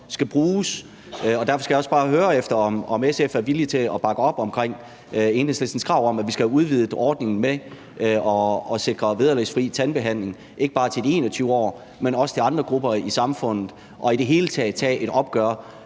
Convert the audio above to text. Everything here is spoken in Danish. skal bruges. Derfor skal jeg også bare høre, om SF er villige til at bakke op omkring Enhedslistens krav om, at vi skal have udvidet ordningen med at sikre vederlagsfri tandbehandling, så det ikke bare er til de 21-årige, men også til andre grupper i samfundet, og at vi i det hele taget tager et opgør